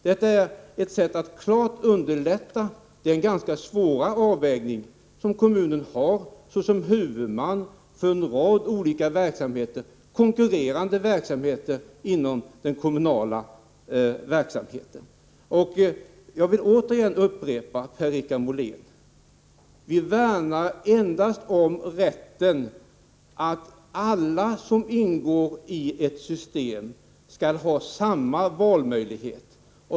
Detta är ett sätt att klart underlätta den ganska svåra avvägning som kommunen har att göra som huvudman för en rad olika konkurrerande verksamheter inom det kommunala verksamhetsområdet. Jag vill än en gång upprepa, Per-Richard Molén, att vi värnar endast om att alla som ingår i ett system skall ha samma valmöjlighet.